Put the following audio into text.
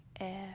air